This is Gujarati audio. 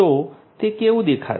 તો તે કેવું દેખાશે